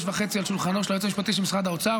וחצי על שולחנו של היועץ המשפטי של משרד האוצר.